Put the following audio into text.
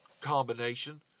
combination